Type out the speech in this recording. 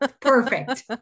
Perfect